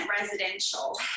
residential